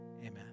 amen